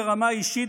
ברמה האישית,